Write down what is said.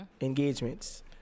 engagements